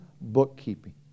bookkeeping